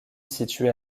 située